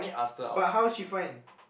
but how she find